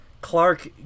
Clark